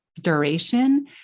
duration